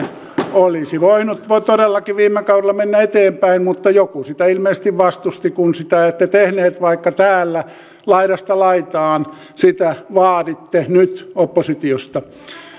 olisi voinut todellakin viime kaudella mennä eteenpäin mutta joku sitä ilmeisesti vastusti kun sitä ette tehneet vaikka täällä laidasta laitaan sitä vaaditte nyt oppositiosta